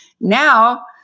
Now